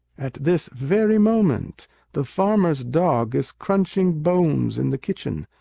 at this very moment the farmer's dog is crunching bones in the kitchen.